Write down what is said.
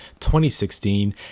2016